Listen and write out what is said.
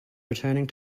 returning